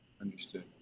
Understood